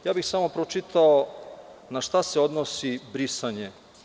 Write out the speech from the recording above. Samo bih pročitao na šta se odnosi brisanje.